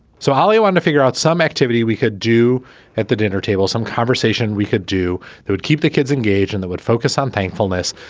so all you want to figure out some activity we could do at the dinner table, some conversation we could do that would keep the kids engaged and they would focus on thankfulness.